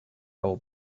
old